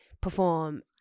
perform